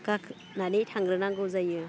गाखोनानै थांग्रोनांगौ जायो